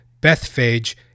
Bethphage